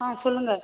ஆ சொல்லுங்கள்